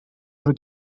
ever